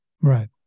Right